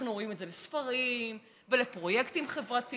אנחנו רואים את זה בספרים ובפרויקטים חברתיים,